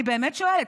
אני באמת שואלת.